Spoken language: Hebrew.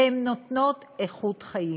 והן נותנות איכות חיים.